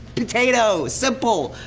potato, simple.